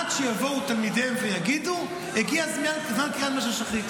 עד שיבואו תלמידיהם ויגידו הגיע זמן קריאת שמע של שחרית.